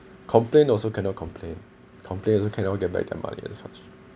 complain also cannot complain complain also cannot get back their money and such